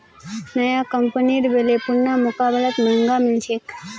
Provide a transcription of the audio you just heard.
नया कंपनीर बेलर पुरना मुकाबलात महंगा मिल छेक